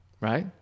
right